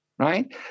Right